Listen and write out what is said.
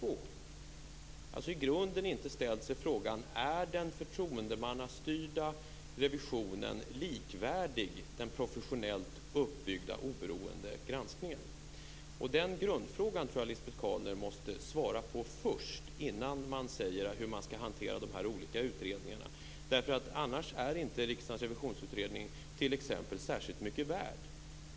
Man har alltså i grunden inte ställt sig frågan: Är den förtroendemannastyrda revisionen likvärdig med den professionellt uppbyggda, oberoende granskningen? Den grundfrågan tror jag att Lisbet Calner måste svara på först, innan man säger hur man skall hantera de olika utredningarna. Annars är inte t.ex. riksdagens revisionsutredning särskilt mycket värd.